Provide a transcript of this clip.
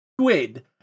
squid